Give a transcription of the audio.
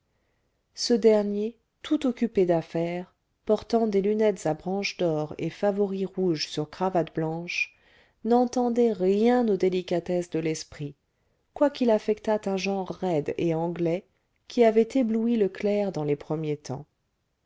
ce dernier tout occupé d'affaires portant des lunettes à branches d'or et favoris rouges sur cravate blanche n'entendait rien aux délicatesses de l'esprit quoiqu'il affectât un genre raide et anglais qui avait ébloui le clerc dans les premiers temps